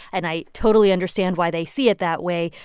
and i totally understand why they see it that way.